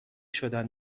شدن